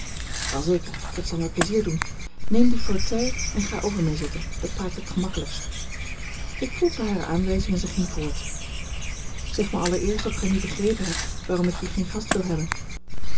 wel zeker dat zal mij pleizier doen neem dien fauteuil en ga over mij zitten dat praat het gemakkelijkst ik volgde hare aanwijzing en zij ging voort zeg me allereerst of gij nu begrepen hebt waarom ik hier geen gast wil hebben